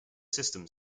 system